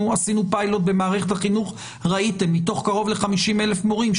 עשינו פיילוט במערכת החינוך וראיתם שמתוך קרוב ל-50,000 מורים,